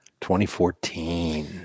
2014